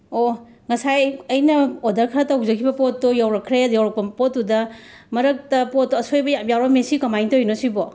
ꯑꯣ ꯉꯁꯥꯏ ꯑꯩꯅ ꯑꯣꯗꯔ ꯈꯔ ꯇꯧꯖꯈꯤꯕ ꯄꯣꯠꯇꯣ ꯌꯧꯔꯛꯈ꯭ꯔꯦ ꯌꯧꯔꯛꯄ ꯄꯣꯠꯇꯨꯗ ꯃꯔꯛꯇ ꯄꯣꯠꯇꯣ ꯑꯁꯣꯏꯕ ꯌꯥꯝꯅ ꯌꯥꯎꯔꯝꯃꯤ ꯃꯁꯤ ꯀꯃꯥꯏ ꯇꯧꯔꯤꯅꯣ ꯃꯁꯤꯕꯣ